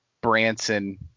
Branson